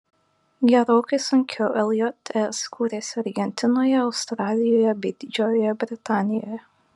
gerokai sunkiau ljs kūrėsi argentinoje australijoje bei didžiojoje britanijoje